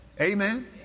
Amen